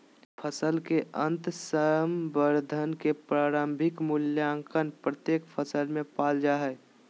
फसल के अंतर्संबंध के प्रारंभिक मूल्यांकन प्रत्येक फसल में पाल जा हइ